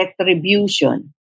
retribution